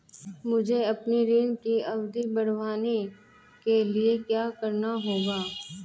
मुझे अपने ऋण की अवधि बढ़वाने के लिए क्या करना होगा?